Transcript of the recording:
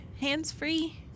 hands-free